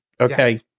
Okay